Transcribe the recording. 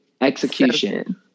execution